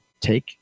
take